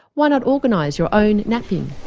why not organise your own napping?